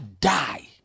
die